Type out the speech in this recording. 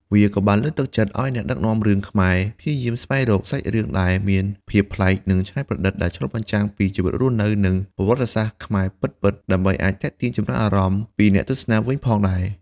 វាក៏បានលើកទឹកចិត្តឲ្យអ្នកដឹកនាំរឿងខ្មែរព្យាយាមស្វែងរក សាច់រឿងដែលមានភាពប្លែក និងច្នៃប្រឌិត ដែលឆ្លុះបញ្ចាំងពីជីវិតរស់នៅ និងប្រវត្តិសាស្ត្រខ្មែរពិតៗ ដើម្បីអាចទាក់ទាញចំណាប់អារម្មណ៍ពីអ្នកទស្សនាវិញផងដែរ។